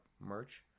merch